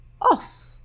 off